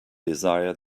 desire